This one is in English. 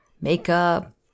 makeup